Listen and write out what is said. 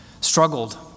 struggled